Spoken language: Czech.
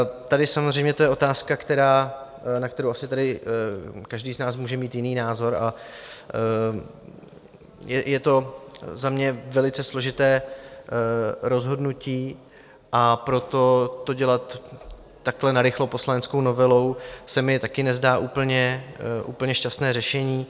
Tady samozřejmě to je otázka, na kterou asi tady každý z nás může mít jiný názor, a je to za mě velice složité rozhodnutí, a proto to dělat takhle narychlo poslaneckou novelou se mi taky nezdá úplně šťastné řešení.